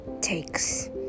takes